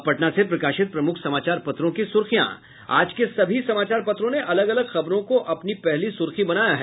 अब पटना से प्रकाशित प्रमुख समाचार पत्रों की सुर्खियां आज के सभी समाचार पत्रों ने अलग अलग खबरों को अपनी पहली सुर्खी बनाया है